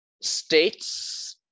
states